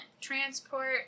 transport